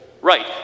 right